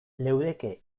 leudeke